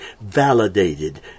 validated